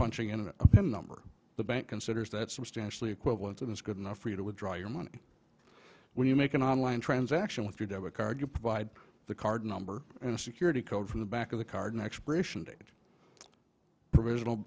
punching in a number the bank considers that substantially equivalent of it's good enough for you to withdraw your money when you make an online transaction with your debit card you provide the card number and security code from the back of the card an expiration date provisional